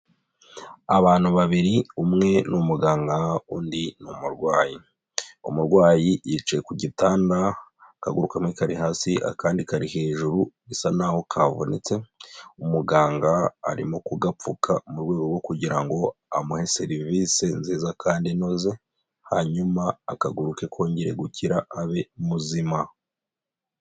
Abantu babiri, umwe ni umuganga, undi ni umurwayi. Umurwayi yicaye ku gitanda, akaguru kamwe kari hasi, akandi kari hejuru bisa naho kavunitse, umuganga arimo kugapfuka mu rwego rwo kugira ngo amuhe serivisi nziza kandi inoze, hanyuma akaguru ke kongere gukira abe muzima.